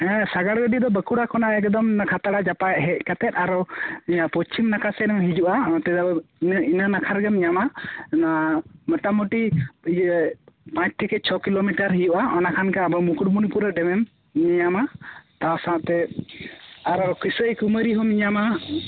ᱦᱮ ᱥᱟᱜᱟᱲᱤᱫᱤ ᱫᱚ ᱵᱟᱹᱠᱩᱲᱟ ᱠᱷᱚᱱᱟᱜ ᱮᱠᱫᱚᱢ ᱚᱱᱟ ᱠᱷᱟᱛᱲᱟ ᱡᱟᱯᱟᱜ ᱦᱮᱡ ᱠᱟᱛᱮᱫ ᱟᱨᱦᱚ ᱤᱭᱟᱹ ᱯᱚᱪᱪᱷᱤᱢ ᱱᱟᱠᱷᱟ ᱥᱮᱫᱮᱢ ᱦᱤᱡᱩᱜᱼᱟ ᱤᱱᱟᱹ ᱤᱱᱟᱹ ᱱᱟᱠᱷᱟ ᱨᱮᱜᱮᱢ ᱧᱟᱢᱟ ᱚᱱᱟ ᱢᱚᱴᱟ ᱢᱚᱴᱤ ᱤᱭᱟᱹ ᱯᱟᱸᱪ ᱛᱷᱮᱠᱮ ᱪᱷᱚ ᱠᱤᱞᱳᱢᱤᱴᱟᱨ ᱦᱩᱭᱩᱜᱼᱟ ᱚᱱᱟ ᱠᱷᱟᱱᱜᱮ ᱟᱵᱚ ᱢᱩᱠᱩᱴᱢᱩᱱᱤᱯᱩᱨ ᱰᱮᱢᱮᱢ ᱧᱟᱢᱟ ᱛᱟ ᱥᱟᱸᱣᱛᱮ ᱟᱨᱚ ᱠᱟᱹᱥᱟᱹᱭ ᱠᱩᱢᱟᱹᱨᱤ ᱦᱚᱢ ᱧᱟᱢᱟ